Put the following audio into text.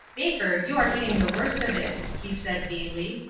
baker, you are getting the worst of it, he said, gayly.